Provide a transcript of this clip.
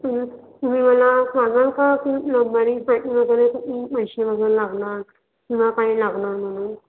तुम्ही तुम्ही मला सांगाल का की प्लम्बरिंगसाठी वगैरे पैसे वगैरे लागणार पुन्हा काय लागणार म्हणून